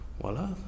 voila